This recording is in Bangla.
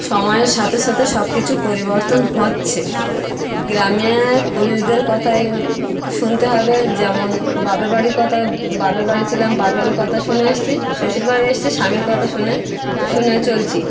সময়ের সাথে সাথে সব কিছুর পরিবর্তন হচ্ছে গ্রামে পুরুষদের কথা শুনতে হবে যেমন বাপের বাড়ির কথা বাপের বাড়ি ছিলাম বাপের কথা শুনে এসেছি শ্বশুরবাড়ি এসেছি স্বামীর কথা শুনে শুনে চলছি